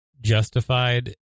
justified